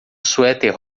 suéter